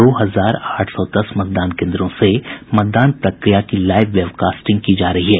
दो हजार आठ सौ दस मतदान केन्द्रों से मतदान प्रक्रिया की लाईव वेबकास्टिंग की जा रही है